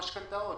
משכנתאות?